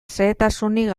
xehetasunik